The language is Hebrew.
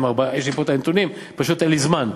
יש לי פה הנתונים, פשוט אין לי זמן.